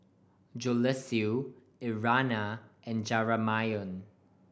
Joseluis Irena and Jamarion